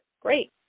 great